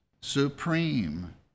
supreme